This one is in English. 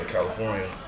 California